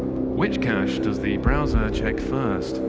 which cache does the browser check first?